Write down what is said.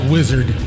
Wizard